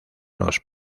los